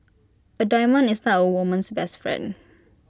A diamond is not A woman's best friend